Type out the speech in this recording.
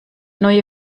neue